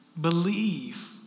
Believe